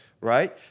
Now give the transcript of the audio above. right